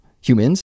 humans